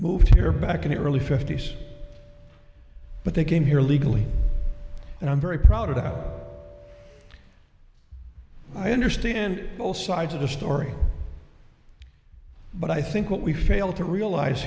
moved here back in the early fifty's but they came here legally and i'm very proud of that i understand both sides of the story but i think what we fail to realize